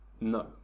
No